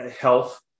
Health